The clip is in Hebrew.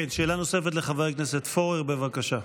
כן, שאלה נוספת לחבר הכנסת פורר, בבקשה.